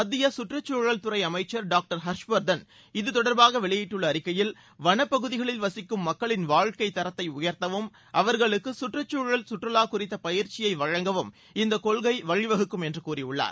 மத்திய சுற்றுச்சூழல் துறை அமைச்சர் டாக்டர் ஹர்ஷ்வர்தன் இது தொடர்பாக வெளியிட்டுள்ள அறிக்கையில் வனப்பகுதிகளில் வசிக்கும் மக்களின் வாழ்க்கைத் தரத்தை உயர்த்தவும் அவர்களுக்கு சுற்றுச்சூழல் சுற்றுலா குறித்த பயிற்சியை வழங்கவும் இந்த கொள்கை வழிவகுக்கும் என்று கூறியுள்ளார